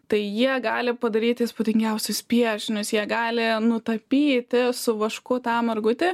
tai jie gali padaryti įspūdingiausius piešinius jie gali nutapyti su vašku tą margutį